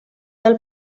del